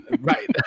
Right